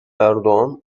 erdoğan